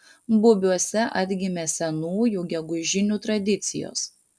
bubiuose atgimė senųjų gegužinių tradicijos